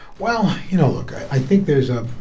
well, you know, look i think there's ah